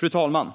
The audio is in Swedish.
Fru talman!